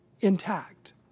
intact